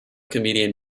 comedian